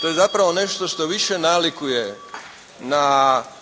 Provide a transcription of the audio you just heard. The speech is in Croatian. To je zapravo nešto što više nalikuje na